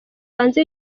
hanze